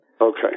Okay